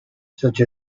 such